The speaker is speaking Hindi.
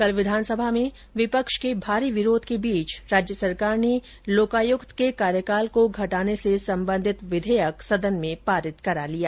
कल विधानसभा में विपक्ष के भारी विरोध के बीच राज्य सरकार ने लोकायुक्त के कार्यकाल को घटाने से संबंधित ये विधेयक सदन में पारित करा लिया